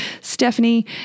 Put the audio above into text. Stephanie